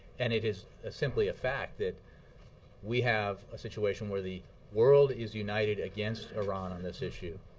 and it is simply a fact that we have a situation where the world is united against iran on this issue,